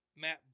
Matt